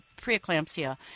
preeclampsia